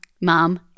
Mom